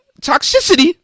toxicity